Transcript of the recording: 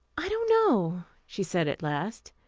i don't know, she said at last.